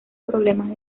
problemas